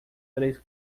três